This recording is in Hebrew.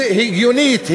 הגיונית,